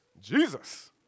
Jesus